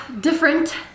different